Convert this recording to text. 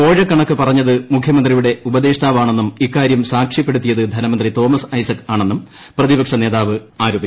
കോഴക്കണക്ക് പറഞ്ഞത് മുഖ്യമന്ത്രിയുടെ ഉപദേഷ്ടാവാണെന്നും ഇക്കാര്യം സാക്ഷ്യപ്പെടുത്തിയത് ധനമന്ത്രി തോമസ് ഐസക് ആണെന്നും പ്രതിപക്ഷ നേതാവ് ആരോപിച്ചു